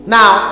Now